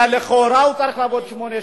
שלכאורה הוא צריך לעבוד שמונה שעות,